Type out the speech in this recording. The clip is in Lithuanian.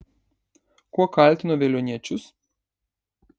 kuo kaltino veliuoniečius